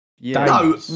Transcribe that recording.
No